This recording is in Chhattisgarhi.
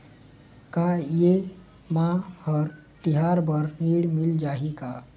का ये मा हर तिहार बर ऋण मिल जाही का?